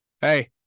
Hey